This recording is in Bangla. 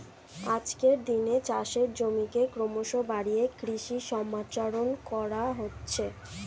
আজকের দিনে চাষের জমিকে ক্রমশ বাড়িয়ে কৃষি সম্প্রসারণ করা হচ্ছে